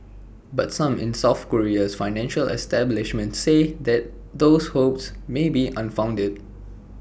but some in south Korea's financial establishment say that those hopes may be unfounded